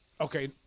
okay